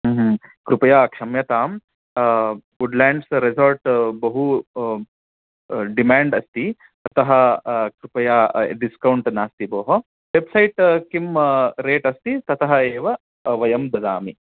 कृपया क्षम्यताम् Woodlands resort बहु डिमैण्ड् अस्ति अतः कृपया डिस्कौण्ट् नास्ति भोः वेब्सैट् किं रेट् अस्ति ततः एव वयं ददामि